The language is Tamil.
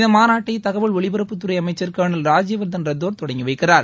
இந்த மாநாட்டை தகவல் ஒலிபரப்புத்துறை அமைச்சர் கர்னல் ராஜ்யவர்தன் ரத்தோர் தொடங்கி வைக்கிறார்